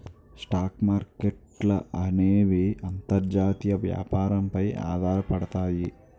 stock మార్కెట్ల అనేవి అంతర్జాతీయ వ్యాపారం పై ఆధారపడతాయి